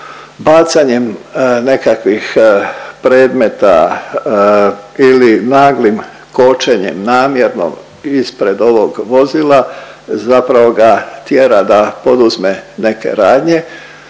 bacanjem nekakvih predmeta ili naglim kočenjem, namjerno i ispred ovog vozila, zapravo ga tjera da poduzme neke radnje,